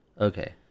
Okay